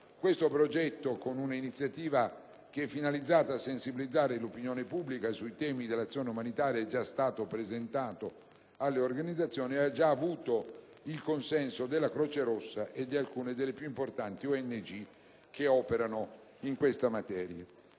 Tale progetto, con un'iniziativa finalizzata a sensibilizzare l'opinione pubblica sui temi dell'azione umanitaria, è già stato presentato alle organizzazioni e ha già avuto il consenso della Croce Rossa e di alcune delle più importanti ONG che operano in questo campo.